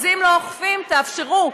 אם לא אוכפים, תאפשרו.